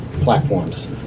platforms